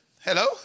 hello